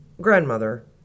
grandmother